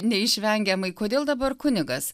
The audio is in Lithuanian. neišvengiamai kodėl dabar kunigas